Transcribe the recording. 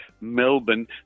Melbourne